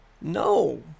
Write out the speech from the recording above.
No